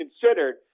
considered